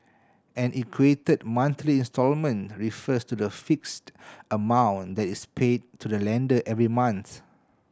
an equated monthly instalment refers to the fixed amount that is paid to the lender every month